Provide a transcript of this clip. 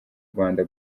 rwanda